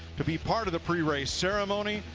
to be part of the prerace ceremony.